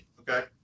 Okay